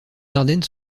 ardennes